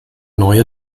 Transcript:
neue